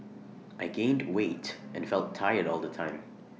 I gained weight and felt tired all the time